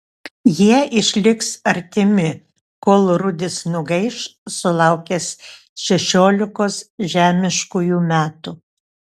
jie išliks artimi kol rudis nugaiš sulaukęs šešiolikos žemiškųjų metų